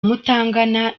mutangana